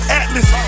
atlas